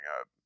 up